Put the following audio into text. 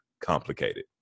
complicated